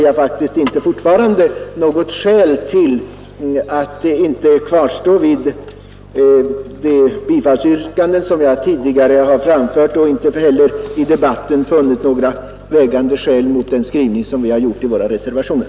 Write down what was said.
Jag anser mig inte ha några skäl att inte fasthålla vid det bifallsyrkande jag tidigare ställde, och jag har inte heller i debatten funnit några vägande skäl mot den skrivning vi gjort i våra reservationer.